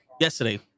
yesterday